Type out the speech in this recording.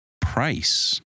price